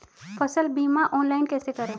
फसल बीमा ऑनलाइन कैसे करें?